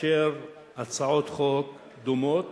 כאשר הצעות חוק דומות